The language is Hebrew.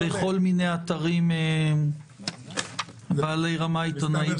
-- בכל מיני אתרים בעלי רמת עיתונאית גבוהה.